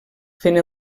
fent